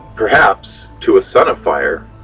perhaps, to a son of fire,